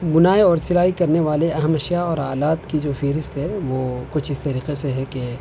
بنائی اور سلائی کرنے والے اہم اشیا اور آلات کی جو فہرست ہے وہ کچھ اس طریقے سے ہے کہ